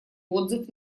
отзыв